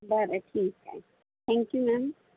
बरं ठीक आहे थँक्यू मॅम